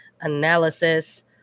analysis